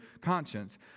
conscience